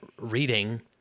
reading